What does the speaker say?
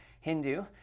hindu